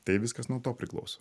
tai viskas nuo to priklauso